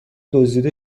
دزدیده